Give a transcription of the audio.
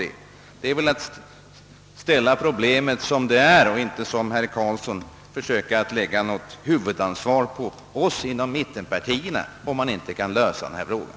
Detta är enligt min mening att se problemet som det är, medan herr Carlsson försöker lägga huvudansvaret på mittenpartierna, om denna fråga inte löses.